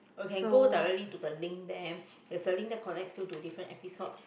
or can go directly to the link there there's a link there connects you to different episodes